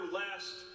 last